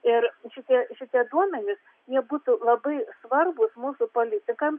ir šitie šitie duomenys jie būtų labai svarbūs mūsų politikams